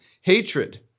hatred